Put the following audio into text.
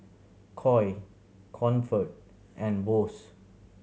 Koi Comfort and Bose